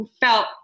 felt